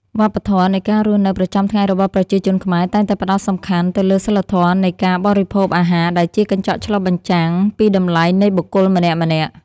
វប្បធម៌នៃការរស់នៅប្រចាំថ្ងៃរបស់ប្រជាជនខ្មែរតែងតែផ្ដោតសំខាន់ទៅលើសីលធម៌នៃការបរិភោគអាហារដែលជាកញ្ចក់ឆ្លុះបញ្ចាំងពីតម្លៃនៃបុគ្គលម្នាក់ៗ។